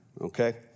Okay